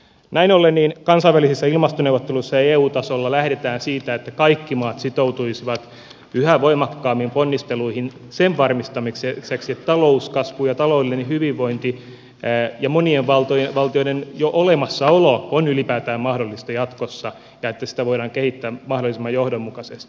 näin ollen kansainvälisissä ilmastoneuvotteluissa ja eu tasolla lähdetään siitä että kaikki maat sitoutuisivat yhä voimakkaammin ponnisteluihin sen varmistamiseksi että talouskasvu ja taloudellinen hyvinvointi ja monien valtioiden olemassaolokin on ylipäätään mahdollista jatkossa ja että sitä voidaan kehittää mahdollisimman johdonmukaisesti